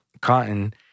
cotton